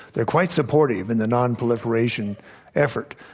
they're quite supportive in the non-proliferation effort.